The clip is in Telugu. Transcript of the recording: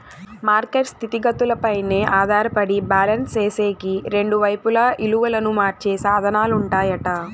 మార్కెట్ స్థితిగతులపైనే ఆధారపడి బ్యాలెన్స్ సేసేకి రెండు వైపులా ఇలువను మార్చే సాధనాలుంటాయట